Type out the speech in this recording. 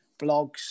blogs